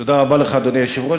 אדוני היושב-ראש,